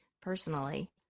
personally